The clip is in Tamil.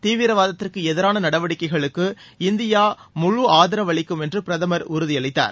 தீவிரவாதத்திற்கு எதிரான நடவடிக்கைகளுக்கு இந்தியா முழு ஆதரவு அளிக்கும் என்று பிரதமா் உறுதி அளித்தார்